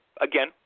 Again